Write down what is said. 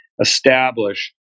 establish